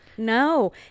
No